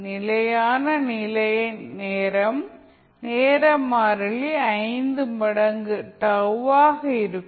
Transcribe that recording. நிலையான நிலை நேரம் நேர மாறிலி 5 மடங்கு τ ஆக இருக்கும்